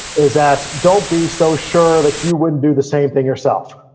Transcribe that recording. is that don't be so sure that you wouldn't do the same thing yourself.